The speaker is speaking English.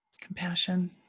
compassion